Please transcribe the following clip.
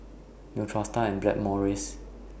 Neostrata and Blackmores